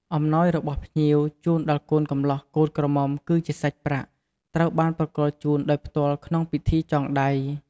អំណោយរបស់ភ្ញៀវ ជូនដល់កូនកម្លោះកូនក្រមុំគឺជាសាច់ប្រាក់ ត្រូវបានប្រគល់ជូនដោយផ្ទាល់ក្នុងពិធីចងដៃ។